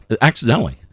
accidentally